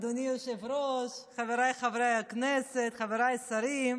אדוני היושב-ראש, חבריי חברי הכנסת, חבריי השרים,